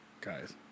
Guys